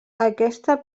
aquesta